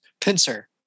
Pincer